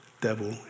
devil